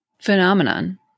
phenomenon